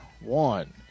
one